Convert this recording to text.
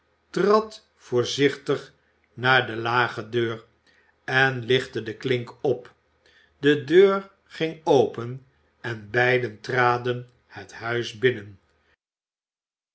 trad voorzichtig naar de lage deur en lichtte de klink op de deur ging open en beiden traden het huis binnen